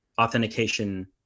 authentication